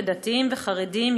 דתיים וחרדים,